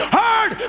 heard